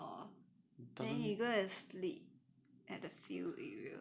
then you gonna sleep at the field area or what